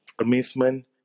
amazement